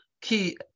key